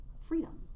freedom